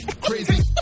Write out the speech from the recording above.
crazy